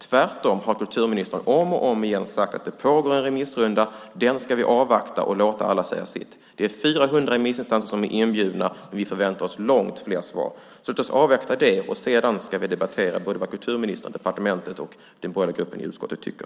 Tvärtom har kulturministern om och om igen sagt att det pågår en remissrunda. Den ska vi avvakta och låta alla säga sitt. Det är 400 remissinstanser inbjudna, och vi förväntar oss långt fler svar. Låt oss avvakta dem, och sedan ska vi debattera vad både kulturministern, departementet och den borgerliga gruppen i utskottet tycker.